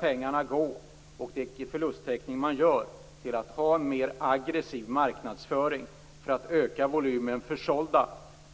Pengarna skall gå till en mer aggressiv marknadsföring för att öka volymen försålda